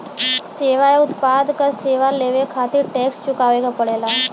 सेवा या उत्पाद क सेवा लेवे खातिर टैक्स चुकावे क पड़ेला